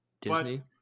Disney